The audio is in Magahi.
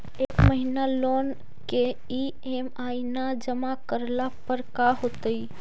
एक महिना लोन के ई.एम.आई न जमा करला पर का होतइ?